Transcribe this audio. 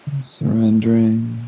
surrendering